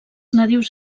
nadius